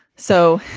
so